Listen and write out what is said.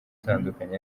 itandukanye